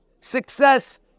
success